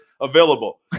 Available